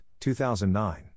2009